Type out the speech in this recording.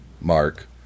Mark